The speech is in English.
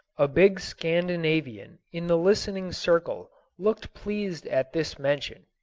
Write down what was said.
a big scandinavian in the listening circle looked pleased at this mention.